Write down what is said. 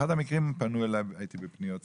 הייתי בפניות ציבור,